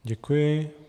Děkuji.